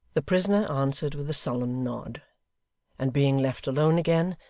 the prisoner answered with a sullen nod and being left alone again,